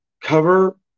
cover